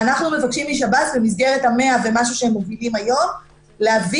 אנחנו מבקשים משב"ס במסגרת ה-100 ומשהו שהם מביאים היום להביא.